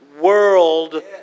world